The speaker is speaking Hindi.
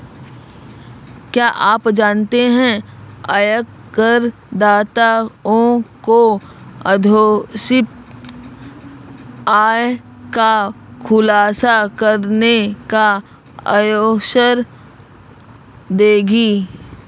क्या आप जानते है आयकरदाताओं को अघोषित आय का खुलासा करने का अवसर देगी?